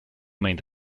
made